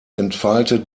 entfaltet